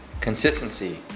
consistency